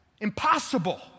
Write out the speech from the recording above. Impossible